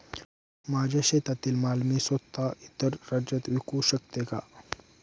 माझ्या शेतातील माल मी स्वत: इतर राज्यात विकू शकते का?